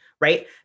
Right